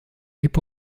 hip